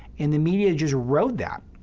and the media just rode that.